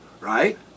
right